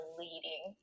leading